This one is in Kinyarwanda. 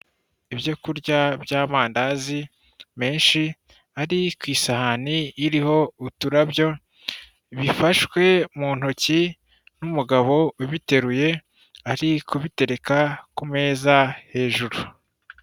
Ibyo kurya by'amandazi menshi ari ku isahani iriho uturabyo, bifashwe mu ntoki n'umugabo ubiteruye, ari kubitereka ku meza hejuru.